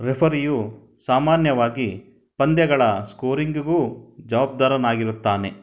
ರೆಫರಿಯು ಸಾಮಾನ್ಯವಾಗಿ ಪಂದ್ಯಗಳ ಸ್ಕೋರಿಂಗ್ಗೂ ಜವಾಬ್ದಾರನಾಗಿರುತ್ತಾನೆ